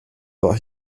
war